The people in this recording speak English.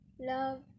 love